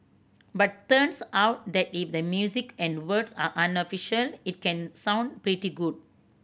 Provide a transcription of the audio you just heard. but turns out that if the music and words are unofficial it can sound pretty good